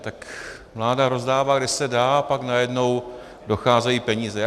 Tak vláda rozdává, kde se dá, a pak najednou docházejí peníze.